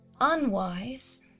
unwise